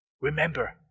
remember